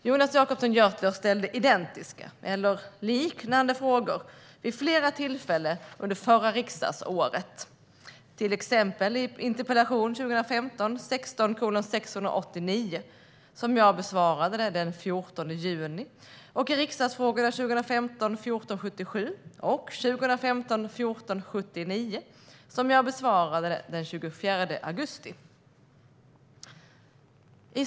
Jonas Jacobsson Gjörtler ställde identiska eller liknande frågor vid flera tillfällen under det förra riksdagsåret, till exempel i interpellation 2015 1477 och 2015/1479 som jag besvarade den 24 augusti 2016.